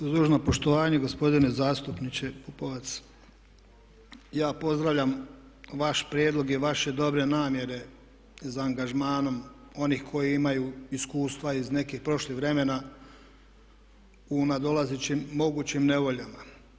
Uz dužno poštovanje gospodine zastupniče Pupovac, ja pozdravljam vaš prijedlog i vaše dobre namjere za angažmanom onih koji imaju iskustva iz nekih prošlih vremena u nadolazećim mogućim nevoljama.